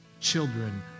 children